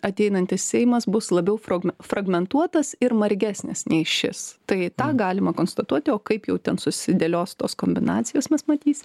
ateinantis seimas bus labiau frag fragmentuotas ir margesnis nei šis tai tą galima konstatuoti o kaip jau ten susidėlios tos kombinacijos mes matysim